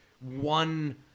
one